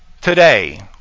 Today